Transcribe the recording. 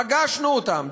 פגשנו אותם,